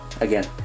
again